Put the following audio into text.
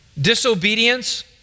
disobedience